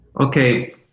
Okay